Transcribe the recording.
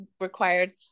required